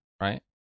right